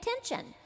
attention